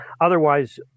otherwise